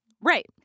Right